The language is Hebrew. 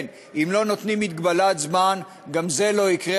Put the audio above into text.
כן, אם לא נותנים מגבלת זמן, גם זה לא יקרה.